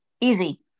Easy